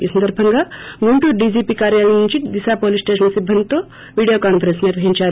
ఈ సందర్భంగా గుంటూరు డిజిపి కార్యాలయం నుంచీ దిశ పోలీస్స్టేషన్ల సీబ్బందితో వీడియో కాన్సరెన్స్ నిర్వహించారు